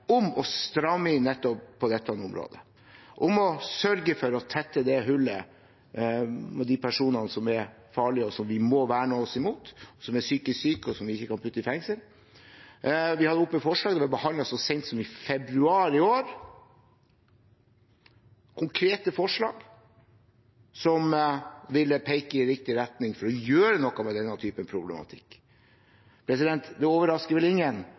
om å stramme inn nettopp på dette området, å sørge for å tette hullet med de personene som er farlige, og som vi må verne oss imot, som er psykisk syke, og som vi ikke kan putte i fengsel. Vi hadde til behandling forslag så sent som i februar i år, konkrete forslag som ville peke i riktig retning for å gjøre noe med denne typen problematikk. Det overrasker vel ingen